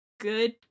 Good